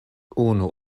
unu